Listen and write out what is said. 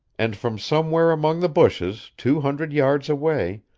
and from somewhere among the bushes, two hundred yards away,